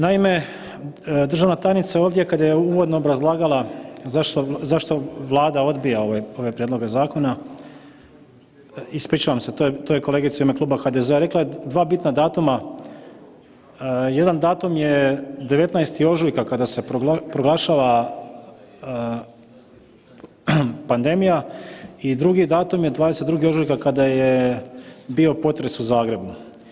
Naime, državna tajnica ovdje kad je uvodno obrazlagala zašto Vlada odbija ove prijedloge zakona, ispričavam se, to je kolegica u ime Kluba HDZ-a rekla je dva bitna datuma, jedan datum je 19. ožujka kada se proglašava pandemija i drugi datum je 22. ožujka kada je bio potres u Zagrebu.